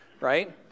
right